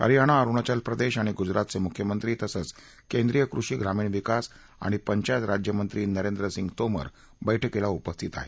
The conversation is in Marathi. हरयाणा अरुणाचल प्रदेश आणि गुजरातचे मुख्यमंत्री तसंच केंद्रीय कृषी ग्रामीण विकास आणि पंचायत राजमंत्री नरेंद्र सिंग तोमर बैठकीला उपस्थित आहेत